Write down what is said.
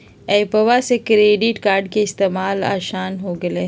एप्पवा से credit card के इस्तेमाल असान हो गेलई ह